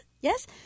Yes